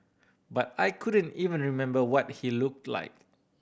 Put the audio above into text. but I couldn't even remember what he look like